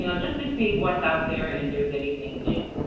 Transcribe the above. you know just to see what's out there and if there's anything new.